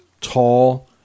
tall